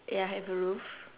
ya have a roof